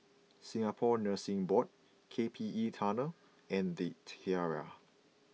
Singapore Nursing Board K P E Tunnel and The Tiara